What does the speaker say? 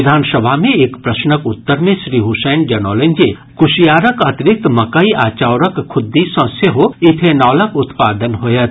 विधानसभा मे एक प्रश्नक उत्तर मे श्री हुसैन जनौलनि जे कुसियारक अतिरिक्त मकई आ चाउरक खुद्दी सँ सेहो इथेनॉलक उत्पादन होयत